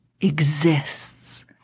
exists